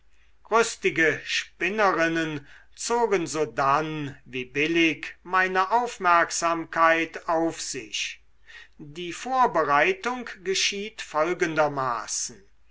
rüstige spinnerinnen zogen sodann wie billig meine aufmerksamkeit auf sich die vorbereitung geschieht folgendermaßen